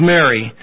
Mary